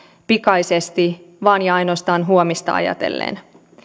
pikaisesti vain ja ainoastaan huomista ajatellen